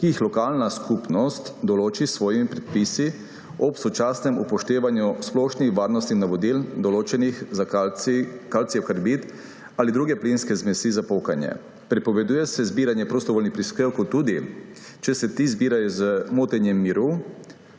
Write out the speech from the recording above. ki jih lokalna skupnost določi s svojimi predpisi, ob sočasnem upoštevanju splošnih varnostnih navodil, določenih za kalcijev karbid ali druge plinske zmesi za pokanje. Prepoveduje se zbiranje prostovoljnih prispevkov, če se ti zbirajo z motenjem miru,